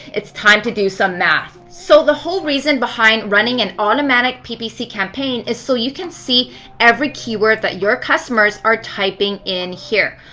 it's time to do some math. so the whole reason behind running an automatic ppc campaign is so you can see every keyword that your customers are typing in here.